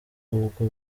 ubwo